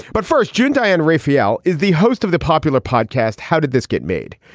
but first june diane rafael is the host of the popular podcast. how did this get made.